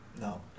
No